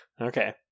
Okay